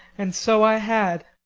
and so i had.